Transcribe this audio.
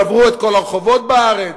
שברו את כל הרחובות בארץ.